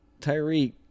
Tyreek